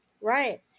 Right